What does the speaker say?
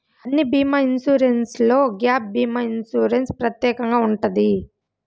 అన్ని బీమా ఇన్సూరెన్స్లో గ్యాప్ భీమా ఇన్సూరెన్స్ ప్రత్యేకంగా ఉంటది